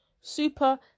super